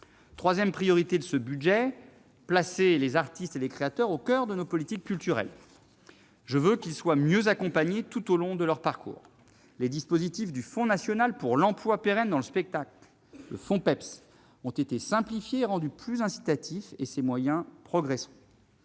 troisième priorité de ce budget est de placer les artistes et les créateurs au coeur de nos politiques culturelles. Je veux que les intéressés soient mieux accompagnés tout au long de leur parcours. Les dispositifs du Fonds national pour l'emploi pérenne dans le spectacle (Fonpeps) ont été simplifiés et rendus plus incitatifs. En outre, les moyens